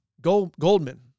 Goldman